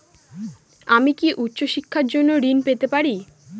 আমি কি উচ্চ শিক্ষার জন্য ঋণ পেতে পারি?